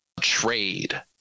trade